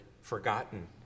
forgotten